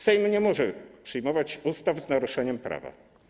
Sejm nie może przyjmować ustaw z naruszeniem prawa.